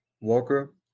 walker